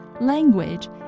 language